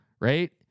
right